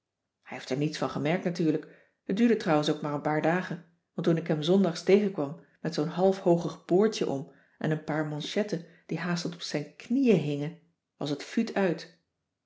hij heeft er niets van gemerkt natuurlijk het duurde trouwens ook maar een paar dagen want toen ik hem zondags tegenkwam met zoo'n halfhoogig boordje om en een paar manchetten die haast tot op z'n knieën hingen was t fuut uit